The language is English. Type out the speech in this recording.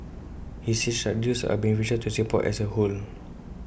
he said such deals are beneficial to Singapore as A whole